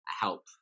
help